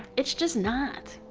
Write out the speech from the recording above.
it's just not.